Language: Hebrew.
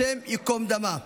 השם ייקום דמה.